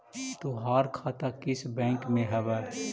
तोहार खाता किस बैंक में हवअ